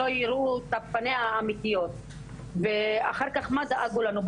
שלא יראו את פניה האמיתיות ואחר כך מה זה עזרו לנו,